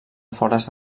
afores